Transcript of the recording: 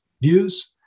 views